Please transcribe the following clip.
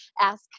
ask